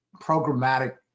programmatic